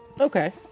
Okay